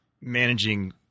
managing –